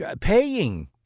paying